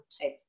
type